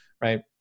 right